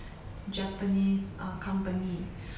japanese uh company